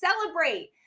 Celebrate